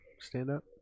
stand-up